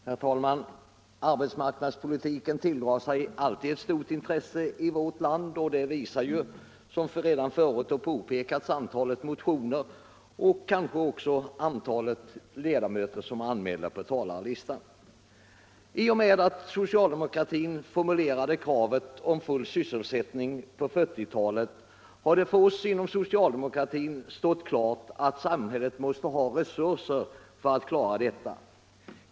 Herr talman! Arbetsmarknadspolitiken tilldrar sig alltid ett stort intresse i vårt land. Det visar, som redan förut har påpekats, antalet motioner och kanske också antalet ledamöter som är anmälda på talarlistan. I och med att socialdemokratin på 1940-talet formulerade kravet på full sysselsättning har det för oss inom socialdemokratin stått klart att samhället måste ha resurser för att klara detta.